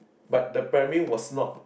but the primary was not